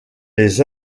les